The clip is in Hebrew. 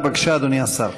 בבקשה, אדוני השר.